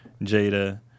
Jada